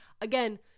again